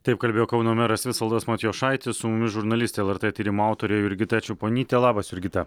taip kalbėjo kauno meras visvaldas matijošaitis su mumis žurnalistė lrt tyrimo autorė jurgita čeponytė labas jurgita